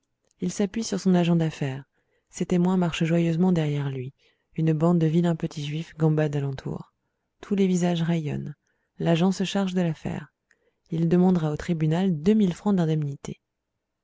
il s'appuie sur son agent d'affaires ses témoins marchent joyeusement derrière lui une bande de vilains petits juifs gambade à l'entour tous les visages rayonnent l'agent se charge de l'affaire il demandera au tribunal deux mille francs d'indemnité